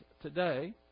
today